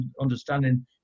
understanding